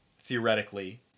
theoretically